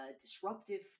disruptive